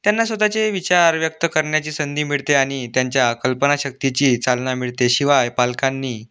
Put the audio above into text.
त्यांना स्वतःचे विचार व्यक्त करण्याची संधी मिळते आणि त्यांच्या कल्पनाशक्तीची चालना मिळते शिवाय पालकांनी